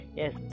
yes